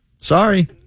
sorry